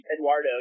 eduardo